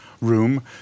room